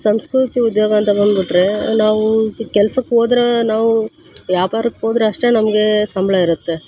ಸಂಸ್ಕೃತಿ ಉದ್ಯೋಗ ಅಂತ ಬಂದ್ಬಿಟ್ರೆ ನಾವು ಕೆಲ್ಸಕ್ಕೆ ಹೋದ್ರೆ ನಾವು ವ್ಯಾಪಾರಕ್ಕೋದ್ರೆ ಅಷ್ಟೇ ನಮಗೆ ಸಂಬಳ ಇರುತ್ತೆ